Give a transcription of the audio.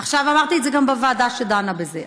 עכשיו אמרתי את זה גם בוועדה שדנה בזה.